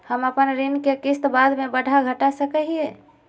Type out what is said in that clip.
हम अपन ऋण के किस्त बाद में बढ़ा घटा सकई हियइ?